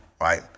right